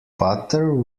butter